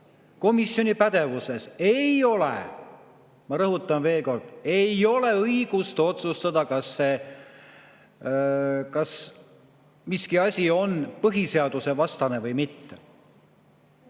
Komisjoni pädevuses ei ole, ma rõhutan veel kord, õigust otsustada, kas miski on põhiseadusvastane või mitte.